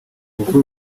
gukura